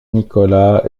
nicolas